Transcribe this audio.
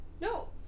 No